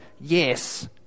yes